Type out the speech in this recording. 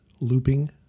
looping